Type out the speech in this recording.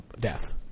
death